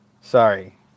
sorry